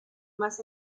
más